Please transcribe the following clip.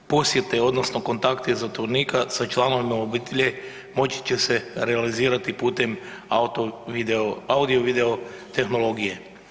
Posjete odnosno kontakti zatvorenika sa članovima obitelji moći će se realizirati putem audio-video tehnologije.